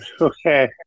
Okay